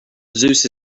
zeus